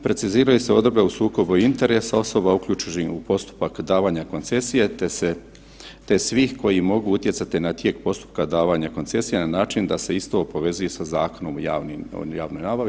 Preciziraju se odredbe o sukobu interesa osoba uključenih u postupak davanja koncesije te svih koji mogu utjecati na tijek postupka davanja koncesije na način da se isto povezuje sa Zakonom o javnoj nabavi.